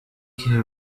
kiba